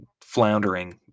floundering